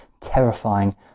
Terrifying